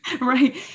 right